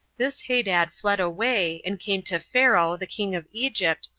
this hadad fled away, and came to pharaoh the king of egypt,